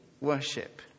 worship